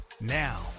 Now